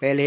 पहले